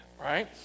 right